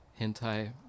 hentai